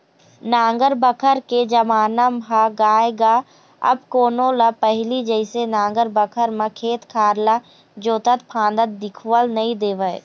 नांगर बखर के जमाना ह गय गा अब कोनो ल पहिली जइसे नांगर बखर म खेत खार ल जोतत फांदत दिखउल नइ देवय